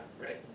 right